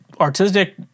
Artistic